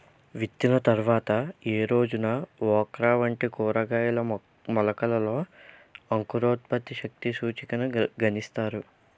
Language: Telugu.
విత్తిన తర్వాత ఏ రోజున ఓక్రా వంటి కూరగాయల మొలకలలో అంకురోత్పత్తి శక్తి సూచికను గణిస్తారు?